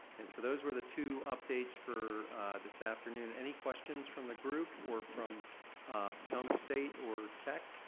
and, so, those were the two updates for this afternoon. any questions from the group, or from potomac state, or tech?